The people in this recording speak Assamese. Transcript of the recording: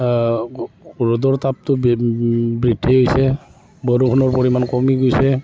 ৰ'দৰ তাপটো বৃদ্ধি হৈছে বৰষুণৰ পৰিমাণ কমি গৈছে